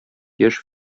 яшь